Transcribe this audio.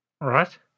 Right